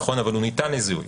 אבל הוא ניתן לזיהוי.